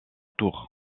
tour